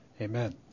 Amen